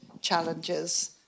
challenges